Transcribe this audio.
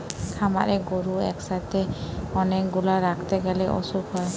খামারে গরু একসাথে অনেক গুলা রাখতে গ্যালে অসুখ হয়